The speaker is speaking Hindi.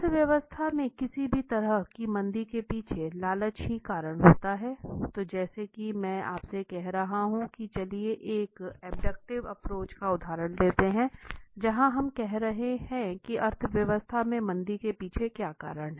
अर्थव्यवस्था में किसी भी तरह की मंदी के पीछे लालच ही कारण होता है तो जैसा कि मैं आपसे कह रहा था कि चलिए एक अब्दुस्तिव एप्रोच का उदाहरण लेते हैं जहाँ हम कह रहे हैं की अर्थव्यवस्था में मंदी के पीछे क्या कारण है